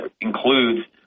includes